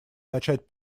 начать